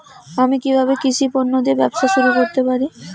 আমি কিভাবে কৃষি পণ্য দিয়ে ব্যবসা শুরু করতে পারি?